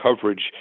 coverage